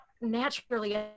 naturally